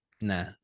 nah